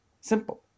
simple